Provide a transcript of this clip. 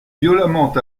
violemment